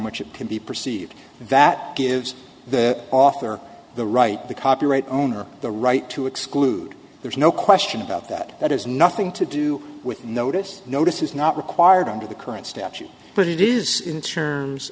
which it can be perceived that gives the author the right the copyright owner the right to exclude there's no question about that that has nothing to do with notice notice is not required under the current steps but it is one t